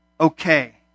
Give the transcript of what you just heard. okay